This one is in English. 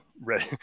ready